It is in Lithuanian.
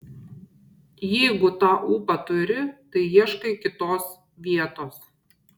jeigu tą ūpą turi tai ieškai kitos vietos